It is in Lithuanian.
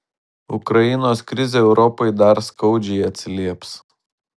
ukrainos krizė europai dar skaudžiai atsilieps